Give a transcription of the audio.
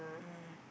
mm